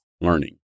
learning